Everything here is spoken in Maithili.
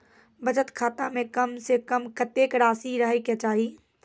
बचत खाता म कम से कम कत्तेक रासि रहे के चाहि?